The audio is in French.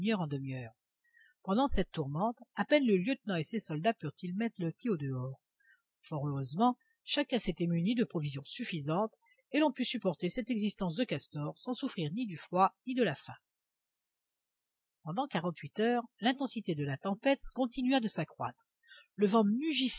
en demiheure pendant cette tourmente à peine le lieutenant et ses soldats purent ils mettre le pied au dehors fort heureusement chacun s'était muni de provisions suffisantes et l'on put supporter cette existence de castors sans souffrir ni du froid ni de la faim pendant quarante-huit heures l'intensité de la tempête continua de s'accroître le vent